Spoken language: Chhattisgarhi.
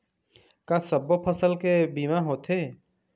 का सब्बो फसल के बीमा होथे?